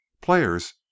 players